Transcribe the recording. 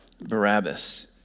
Barabbas